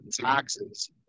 taxes